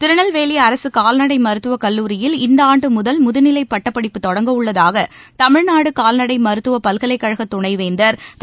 திருநெல்வேலி அரசு கால்நடை மருத்துவக் கல்லூரியில் இந்த ஆண்டு முதல் முதுநிலை பட்டப்படிப்பு தொடங்கப்படவுள்ளதாக தமிழ்நாடு கால்நடை மருத்துவப் பல்கலைக் கழக துணைவேந்தர் திரு